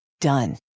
Done